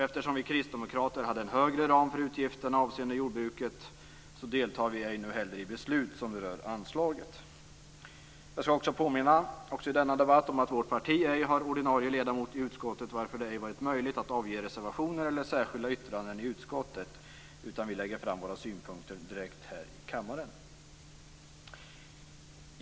Eftersom vi kristdemokrater hade en högre ram för utgifterna avseende jordbruket deltar vi ej nu heller i beslut som berör anslaget. Jag skall också i denna debatt påminna om att vårt parti ej har ordinarie ledamot i utskottet, varför det ej varit möjligt att avge reservationer eller särskilda yttranden i utskottet utan vi lägger fram våra synpunkter direkt här i kammaren.